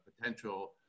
potential